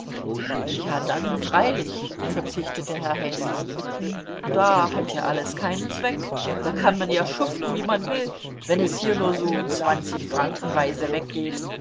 ja dann freilich verzichtete herr häsli da hat ja alles keinen zweck da kann man ja schuften wie man will wenn es hier nur so zwanzigfrankenweise weggeht